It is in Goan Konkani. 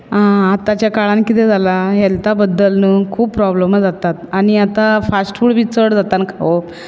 आतांच्या काळांत कितें जालां हॅल्था बद्दल न्हू खूब प्रोबलमां जातात आनी आतां फास्ट फूड बी चड जाता खावप